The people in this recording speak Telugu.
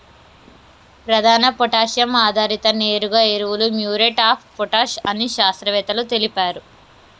ప్రధాన పొటాషియం ఆధారిత నేరుగా ఎరువులు మ్యూరేట్ ఆఫ్ పొటాష్ అని శాస్త్రవేత్తలు తెలిపారు